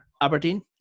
Aberdeen